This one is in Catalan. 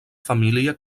família